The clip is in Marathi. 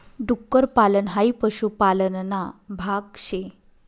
डुक्कर पालन हाई पशुपालन ना भाग शे